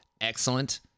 excellent